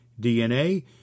DNA